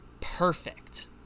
perfect